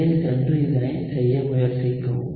மேலே சென்று இதனை செய்ய முயற்சிக்கவும்